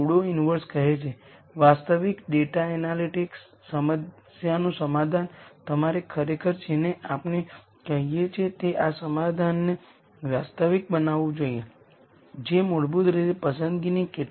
ચાલો આપણે અહીં એક મેટ્રિક્સનો વિચાર કરીએ જે આ ફોર્મનું છે તે 3 બાય 3 મેટ્રિક્સ છે